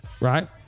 right